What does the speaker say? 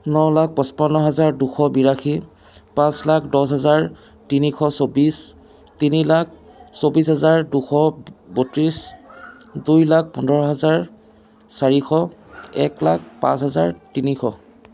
ন লাখ পঁচপন্ন হাজাৰ দুশ বিৰাশী পাঁচ লাখ দহ হাজাৰ তিনিশ চৌব্বিচ তিনি লাখ চৌব্বিচ হাজাৰ দুশ বত্ৰিছ দুই লাখ পোন্ধৰ হাজাৰ চাৰিশ এক লাখ পাঁচ হাজাৰ তিনিশ